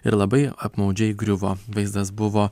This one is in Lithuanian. ir labai apmaudžiai griuvo vaizdas buvo